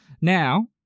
Now